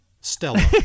stella